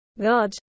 God